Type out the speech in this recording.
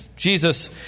Jesus